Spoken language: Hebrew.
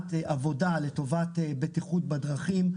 מבוצעת עבודה לטובת בטיחות בדרכים,